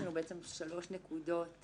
יש לנו שלוש נקודות